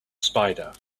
spider